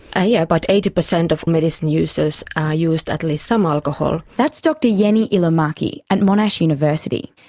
ah yeah but eighty percent of medicine users use at least some alcohol. that's dr jenni ilomaki at monash university.